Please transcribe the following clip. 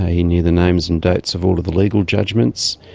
he knew the names and dates of all of the legal judgements,